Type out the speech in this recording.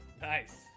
Nice